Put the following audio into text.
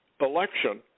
election